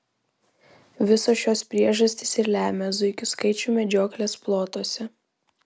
visos šios priežastys ir lemia zuikių skaičių medžioklės plotuose